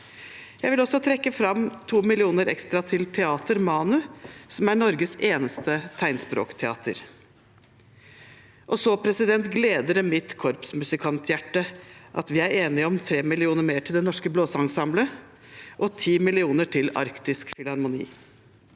Jeg vil også trekke fram 2 mill. kr ekstra til Teater Manu, som er Norges eneste tegnspråkteater. Så gleder det mitt korpsmusikanthjerte at vi er enige om 3 mill. kr mer til Det Norske Blåseensemble og 10 mill. kr til Arktisk Filharmoni.